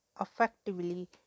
effectively